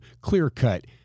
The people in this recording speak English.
clear-cut